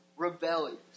rebellious